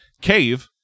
cave